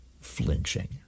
flinching